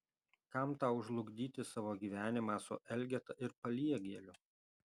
kam tau žlugdyti savo gyvenimą su elgeta ir paliegėliu